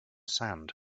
sand